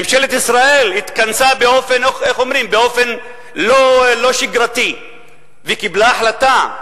ממשלת ישראל התכנסה באופן לא שגרתי וקיבלה החלטה,